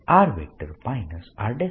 BA